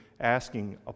asking